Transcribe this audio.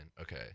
okay